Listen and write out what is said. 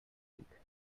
week